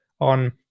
on